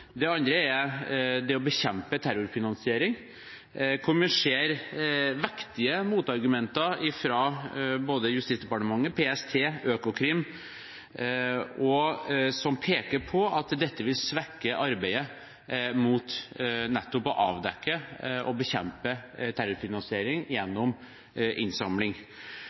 Det andre er å bekjempe terrorfinansiering, hvor vi ser vektige motargumenter fra både Justisdepartementet, PST og Økokrim, som peker på at dette vil svekke arbeidet med nettopp å avdekke og bekjempe terrorfinansiering gjennom innsamling.